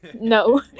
No